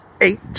eight